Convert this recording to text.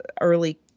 early